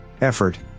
effort